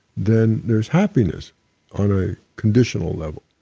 then there's happiness on a conditional level.